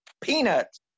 peanuts